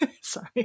Sorry